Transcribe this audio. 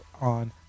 on